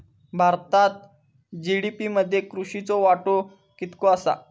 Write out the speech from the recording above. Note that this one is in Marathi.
भारतात जी.डी.पी मध्ये कृषीचो वाटो कितको आसा?